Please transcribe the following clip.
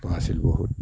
কষ্ট আছিল বহুত